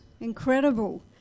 Incredible